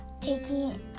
taking